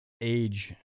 age